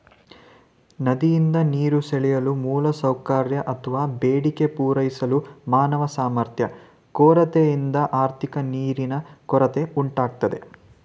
ನದಿಯಿಂದ ನೀರು ಸೆಳೆಯಲು ಮೂಲಸೌಕರ್ಯ ಅತ್ವ ಬೇಡಿಕೆ ಪೂರೈಸಲು ಮಾನವ ಸಾಮರ್ಥ್ಯ ಕೊರತೆಯಿಂದ ಆರ್ಥಿಕ ನೀರಿನ ಕೊರತೆ ಉಂಟಾಗ್ತದೆ